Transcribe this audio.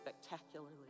spectacularly